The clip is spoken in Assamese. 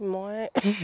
মই